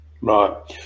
right